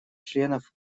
членов